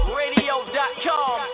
radio.com